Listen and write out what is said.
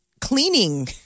cleaning